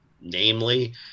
namely –